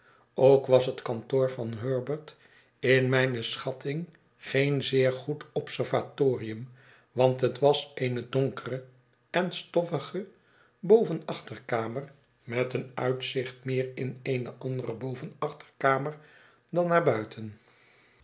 ook was het kantoor van herbert in mijne schatting geen zeer goed observatorium want het was eene donkere en stoffige bovenachterkamer met een uitzicht meer in eene andere bovenachterkamer dan naar buiten